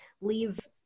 leave